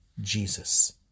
jesus